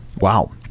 Wow